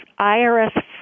IRS